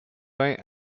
vingt